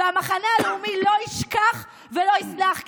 והמחנה הלאומי לא ישכח ולא יסלח,